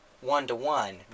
one-to-one